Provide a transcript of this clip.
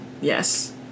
Yes